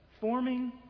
forming